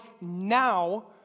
now